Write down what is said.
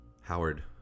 howard